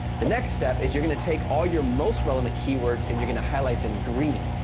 the next step is you're going to take all your most relevant keywords and you're going to highlight them green,